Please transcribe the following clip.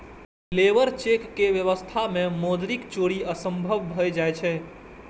labour cheque के व्यवस्था मे मौद्रिक चोरी असंभव भए जाइ छै